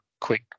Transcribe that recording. quick